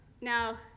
Now